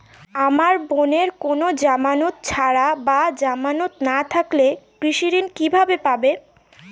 আমার বোনের কোন জামানত ছাড়া বা জামানত না থাকলে কৃষি ঋণ কিভাবে পাবে?